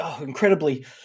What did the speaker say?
incredibly